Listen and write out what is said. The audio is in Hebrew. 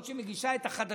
זו שמגישה את החדשות: